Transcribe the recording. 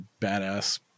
badass